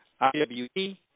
IWE